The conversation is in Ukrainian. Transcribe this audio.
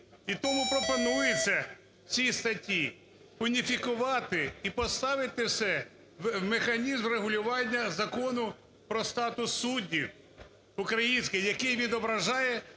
і тому пропонується ці статті уніфікувати і поставити все в механізм регулювання Закону про статус суддів українських, який відображає